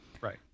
Right